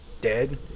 dead